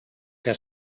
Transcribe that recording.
que